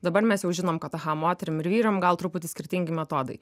dabar mes jau žinom kad aha moterim ir vyram gal truputį skirtingi metodai